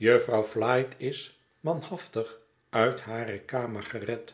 vrouw flite is manhaftig uit hare kamer gered